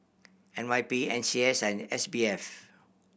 N Y P N C S and S B F